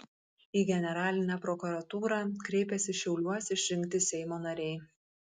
į generalinę prokuratūrą kreipėsi šiauliuos išrinkti seimo nariai